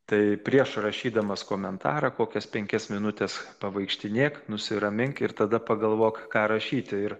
tai prieš rašydamas komentarą kokias penkias minutes pavaikštinėk nusiramink ir tada pagalvok ką rašyti ir